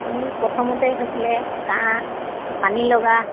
মোৰ প্ৰথমতেই হৈছিলে কাহ পানী লগা